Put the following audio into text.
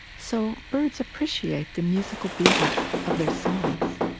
so, birds appreciate the musical beauty of their songs.